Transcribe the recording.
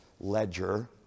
ledger